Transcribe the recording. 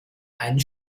einen